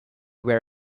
wear